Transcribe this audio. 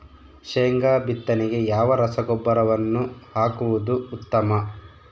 ಶೇಂಗಾ ಬಿತ್ತನೆಗೆ ಯಾವ ರಸಗೊಬ್ಬರವನ್ನು ಹಾಕುವುದು ಉತ್ತಮ?